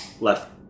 left